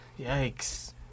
Yikes